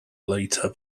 later